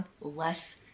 less